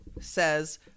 says